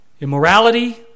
immorality